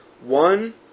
one